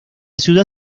ciudad